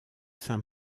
saint